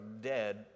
dead